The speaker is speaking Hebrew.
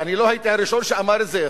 ולא הייתי הראשון שאמר את זה,